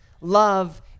love